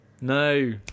No